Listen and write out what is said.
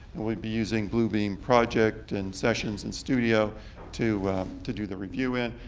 and we'll be using bluebeam project in sessions in studio to to do the review in.